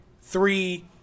three